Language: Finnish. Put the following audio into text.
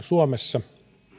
suomessa